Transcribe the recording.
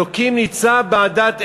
אלוקים נמצא בעדת אל.